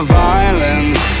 violence